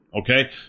Okay